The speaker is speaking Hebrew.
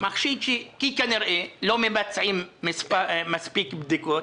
כי כנראה לא מבצעים מספיק בדיקות.